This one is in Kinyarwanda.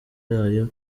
yayo